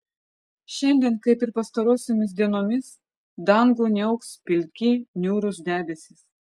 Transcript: šiandien kaip ir pastarosiomis dienomis dangų niauks pilki niūrūs debesys